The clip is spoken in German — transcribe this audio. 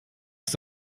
ist